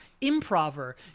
improver